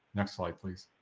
next slide please.